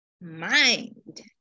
mind